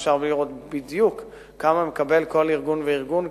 אפשר לראות בדיוק כמה מקבל כל ארגון וארגון,